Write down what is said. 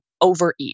overeat